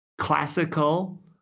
classical